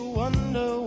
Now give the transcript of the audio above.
wonder